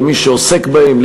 למי שעוסק בהם,